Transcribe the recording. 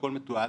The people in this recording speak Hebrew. הכול מתועד,